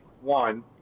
one